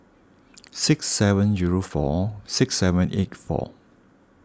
six seven zero four six seven eight four